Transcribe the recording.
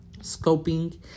Scoping